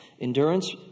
endurance